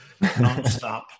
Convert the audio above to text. nonstop